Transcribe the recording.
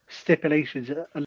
Stipulations